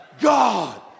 God